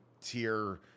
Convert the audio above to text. tier